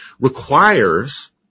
requires